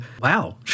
Wow